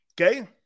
Okay